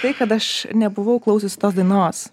tai kad aš nebuvau klausius tos dainos